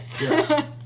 Yes